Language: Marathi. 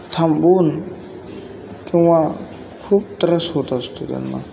थांबून किंवा खूप त्रास होत असतो त्यांना